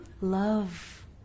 love